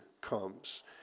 comes